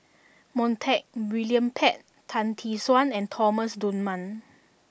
Montague William Pett Tan Tee Suan and Thomas Dunman